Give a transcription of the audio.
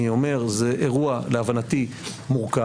אני אומר שלהבנתי זה אירוע מורכב.